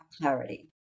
clarity